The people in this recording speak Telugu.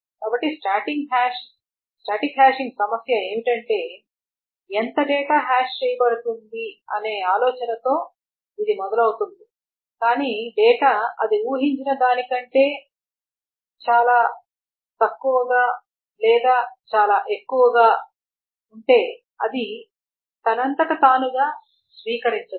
కాబట్టి స్టాటిక్ హ్యాషింగ్ సమస్య ఏమిటంటే ఎంత డేటా హ్యాష్ చేయబడుతుందనే ఆలోచనతో ఇది మొదలవుతుంది కానీ డేటా అది ఊహించిన దాని కంటే ఎక్కువ లేదా అది ఊహించిన దానికంటే చాలా తక్కువగా ఉంటే అది తనంతటతానుగా స్వీకరించదు